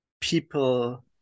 people